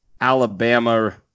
Alabama –